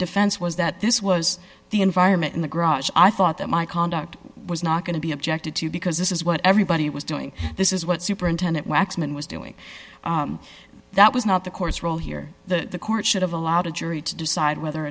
defense was that this was the environment in the garage i thought that my conduct was not going to be objected to because this is what everybody was doing this is what superintendent waxman was doing that was not the court's role here the court should have allowed a jury to decide whether or